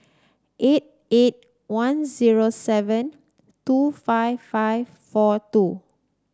eight eight one zero seven two five five four two